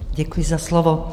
Děkuji za slovo.